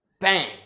Bang